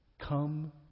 come